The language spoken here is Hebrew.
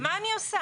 מה אני עושה?